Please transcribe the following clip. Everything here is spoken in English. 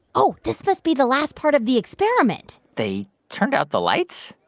oh, this must be the last part of the experiment they turned out the lights?